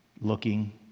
looking